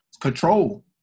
Control